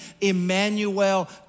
Emmanuel